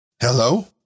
Hello